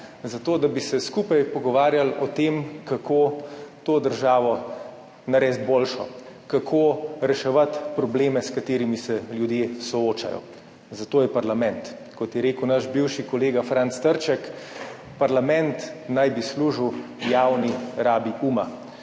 Zato da bi se skupaj pogovarjali o tem, kako to državo narediti boljšo, kako reševati probleme, s katerimi se ljudje soočajo. Za to je parlament. Kot je rekel naš bivši kolega Franc Trček: »Parlament naj bi služil javni rabi uma.«